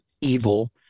evil